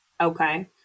Okay